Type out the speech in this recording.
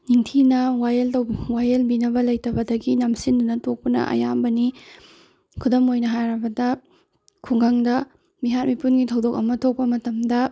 ꯅꯤꯡꯊꯤꯅ ꯋꯥꯌꯦꯜ ꯇꯧ ꯋꯥꯌꯦꯜꯕꯤꯅꯕ ꯂꯩꯇꯕꯗꯒꯤ ꯅꯝꯁꯤꯟꯗꯨꯅ ꯇꯣꯛꯄꯅ ꯑꯌꯥꯝꯕꯅꯤ ꯈꯨꯗꯝ ꯑꯣꯏꯅ ꯍꯥꯏꯔꯕꯗ ꯈꯨꯡꯒꯪꯗ ꯃꯤꯍꯥꯠ ꯃꯤꯄꯨꯟꯒꯤ ꯊꯧꯗꯣꯛ ꯑꯃ ꯊꯣꯛꯄ ꯃꯇꯝꯗ